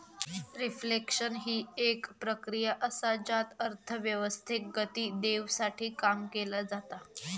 reflection हि एक प्रक्रिया असा ज्यात अर्थव्यवस्थेक गती देवसाठी काम केला जाता